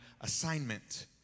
assignment